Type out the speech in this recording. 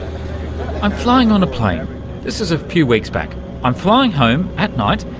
i'm flying on a plane this is a few weeks back i'm flying home at night,